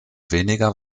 weniger